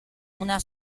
una